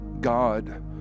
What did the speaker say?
God